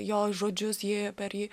jo žodžius ji per jį